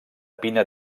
pina